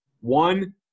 One